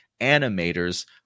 animators